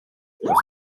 was